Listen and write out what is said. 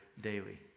daily